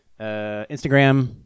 Instagram